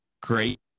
great